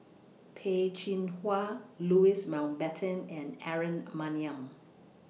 Peh Chin Hua Louis Mountbatten and Aaron Maniam